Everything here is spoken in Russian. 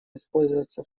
использоваться